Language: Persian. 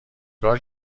کار